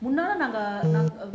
முன்னால நாங்க:munnaala naanga